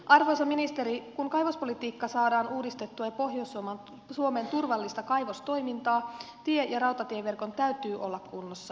arvoisa ministeri kun kaivospolitiikka saadaan uudistettua ja pohjois suomeen turvallista kaivostoimintaa tie ja rautatieverkon täytyy olla kunnossa